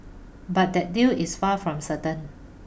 but that deal is far from certain